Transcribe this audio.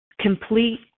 complete